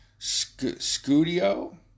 Scudio